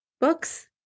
books